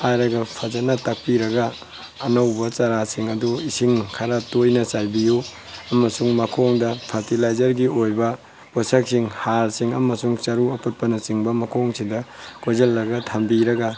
ꯍꯥꯏꯔꯒ ꯐꯖꯅ ꯇꯥꯛꯄꯤꯔꯒ ꯑꯅꯧꯕ ꯆꯔꯥꯁꯤꯡ ꯑꯗꯨ ꯏꯁꯤꯡ ꯈꯔ ꯇꯣꯏꯅ ꯆꯥꯏꯕꯤꯌꯨ ꯑꯃꯁꯨꯡ ꯃꯈꯣꯡꯗ ꯐꯔꯇꯤꯂꯥꯏꯖꯔꯒꯤ ꯑꯣꯏꯕ ꯄꯣꯠꯁꯛꯁꯤꯡ ꯍꯥꯔꯁꯤꯡ ꯑꯃꯁꯨꯡ ꯆꯔꯨ ꯑꯄꯠꯄꯅꯆꯤꯡꯕ ꯃꯈꯣꯡꯁꯤꯗ ꯀꯣꯏꯁꯤꯜꯂꯒ ꯊꯝꯕꯤꯔꯒ